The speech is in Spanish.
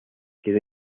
quedó